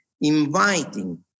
inviting